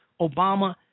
Obama